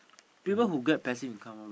people who get passive income loh